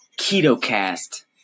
KetoCast